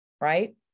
right